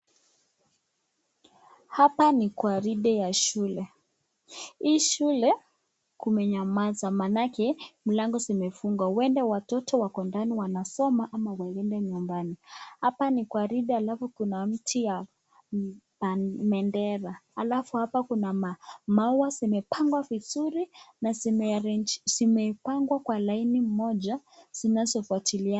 Hapa ni gwaride ya shule. Hii shule kumenyamaza maanake mlango zimefungwa. Huenda watoto wako ndani wanasoma ama wameenda nyumbani. Hapa ni gwaride ambapo kuna mti ya bendera, alafu hapa kuna maua zimepangwa vizuri na zimepangwa kwenye laini moja zinazofuatiliana.